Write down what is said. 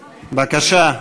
בבקשה,